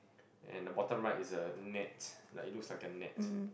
and the bottom right is a net like it looks like a net